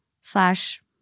slash